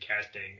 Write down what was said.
casting